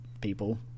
people